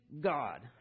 God